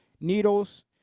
needles